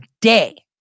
day